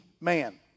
man